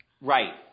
Right